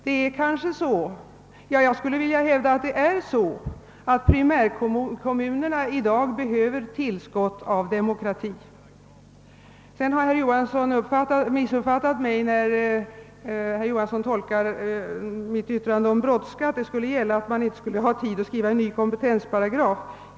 Det är kanske så — jag skulle vilja hävda det — att primärkommunerna i dag behöver tillskott av demokrati. Vidare vill jag säga att herr Johans son har missuppfattat mig, när han tolkar mitt yttrande om brådska på så sätt att man inte skulle ha tid att skriva en ny kompetensparagraf.